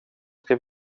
ska